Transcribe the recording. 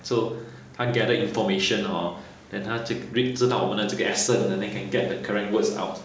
so 它 gather information hor then 它这 read 知道我们的这个 accent then they can get the correct words out